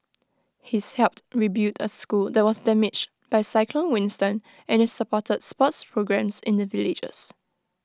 he's helped rebuild A school that was damaged by cyclone Winston and is supported sports programmes in the villages